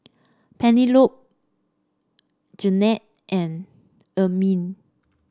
Penelope Garnett and Ermine